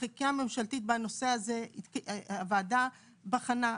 החקיקה הממשלתית בנושא הזה, הוועדה בחנה.